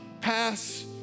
pass